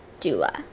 doula